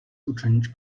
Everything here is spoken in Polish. uczynić